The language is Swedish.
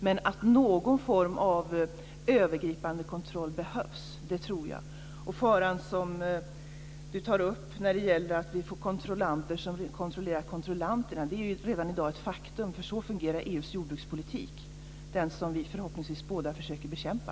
Men jag tror att någon form av övergripande kontroll behövs. Harald Nordlund säger att vi får kontrollanter som kontrollerar kontrollanterna. Det är redan i dag ett faktum. Så fungerar EU:s jordbrukspolitik, den jordbrukspolitik som vi förhoppningsvis båda försöker bekämpa.